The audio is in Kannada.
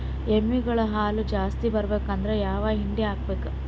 ಎಮ್ಮಿ ಗಳ ಹಾಲು ಜಾಸ್ತಿ ಬರಬೇಕಂದ್ರ ಯಾವ ಹಿಂಡಿ ಹಾಕಬೇಕು?